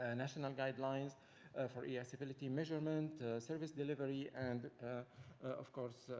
ah national guidelines for e-accessibility measurement, service delivery, and of course,